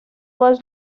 was